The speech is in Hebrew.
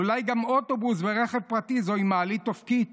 אולי גם אוטובוס ורכב פרטי הם מעלית אופקית,